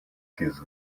his